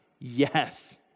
Yes